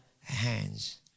hands